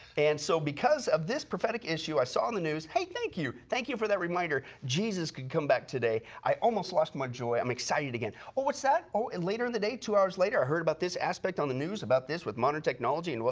and so because of this prophetic issue i saw in the news, hey thank you, thank you for that reminder jesus could come back today. i almost lost my joy, i'm excited again. oh, what's that? oh, and later in the day, two hours later i heard about this aspect on the news about this with modern technology. but